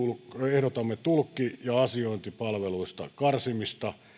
ehdotamme tulkki ja asiointipalveluista karsimista